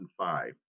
2005